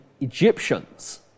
Egyptians